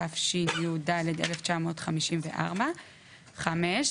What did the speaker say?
התשי"ד 1954. הפסקה הבאה,